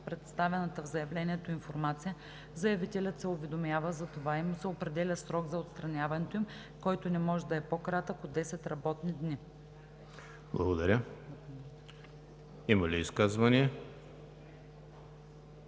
представената в заявлението информация, заявителят се уведомява за това и му се определя срок за отстраняването им, който не може да е по-кратък от 10 работни дни.“ 3. Досегашната ал. 13 става